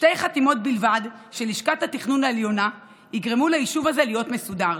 שתי חתימות בלבד של לשכת התכנון העליונה יגרמו ליישוב הזה להיות מסודר.